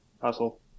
Hustle